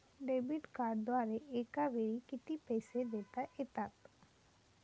Debit कार्डद्वारे एकावेळी किती पैसे देता येतात?